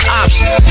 options